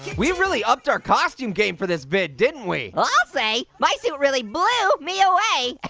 yeah we really upped our costume game for this bit, didn't we? i'll say, my suit really blew me away.